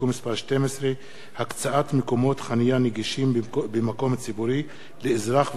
(הקצאת מקומות חנייה נגישים במקום ציבורי לאזרח ותיק שמלאו לו 80 שנים),